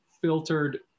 filtered